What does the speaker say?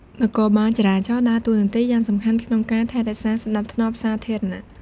នគរបាលចរាចរណ៍ដើរតួនាទីយ៉ាងសំខាន់ក្នុងការថែរក្សាសណ្តាប់ធ្នាប់សាធារណៈ។